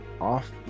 off